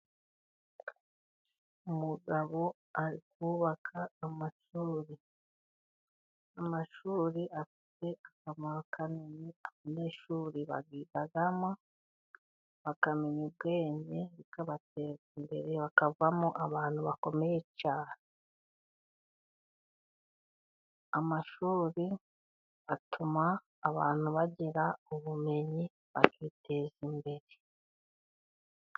Umugabo ari kubaka amashuri. Amashuri afite akamaro kanini, abanyeshuri bayigamo bakamenya ubwenge bikabateza imbere bakavamo abantu bakomeye, amashuri atuma abantu bagira ubumenyi bakiteza imbere.